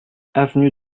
avenue